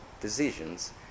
decisions